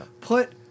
Put